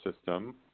system